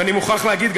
ואני מוכרח גם להגיד,